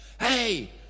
hey